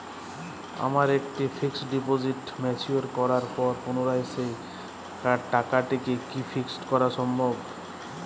আমার একটি fixed deposit mature করার পর পুনরায় সেই টাকাটিকে কি ফিক্সড করা সম্ভব?